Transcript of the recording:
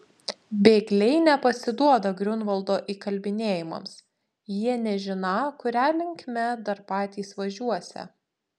bėgliai nepasiduoda griunvaldo įkalbinėjimams jie nežiną kuria linkme dar patys važiuosią